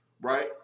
Right